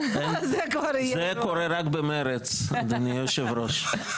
זה כבר יהיה -- זה קורה רק במרצ אדוני היושב ראש.